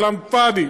כלאם פאדי.